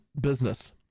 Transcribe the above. business